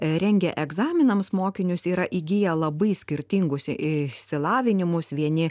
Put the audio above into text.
rengia egzaminams mokinius yra įgiję labai skirtingus išsilavinimus vieni